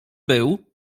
był